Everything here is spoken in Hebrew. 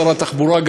שר התחבורה,